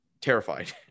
terrified